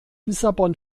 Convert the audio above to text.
lissabon